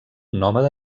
nòmada